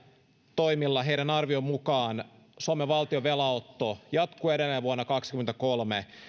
toimilla heidän arvionsa mukaan suomen valtion velanotto jatkuu edelleen vuonna kaksikymmentäkolme